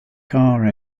car